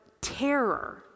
terror